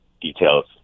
details